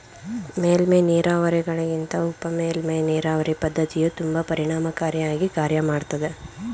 ಮೇಲ್ಮೈ ನೀರಾವರಿಗಳಿಗಿಂತ ಉಪಮೇಲ್ಮೈ ನೀರಾವರಿ ಪದ್ಧತಿಯು ತುಂಬಾ ಪರಿಣಾಮಕಾರಿ ಆಗಿ ಕಾರ್ಯ ಮಾಡ್ತದೆ